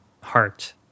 heart